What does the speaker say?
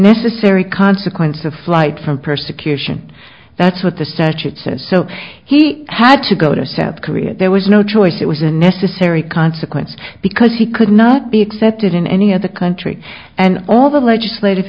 necessary consequence of flight from persecution that's what the statute says so he had to go to south korea there was no choice it was a necessary consequence because he could not be accepted in any other country and all the legislative